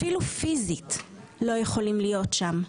אפילו פיזית לא יכולים להיות שם,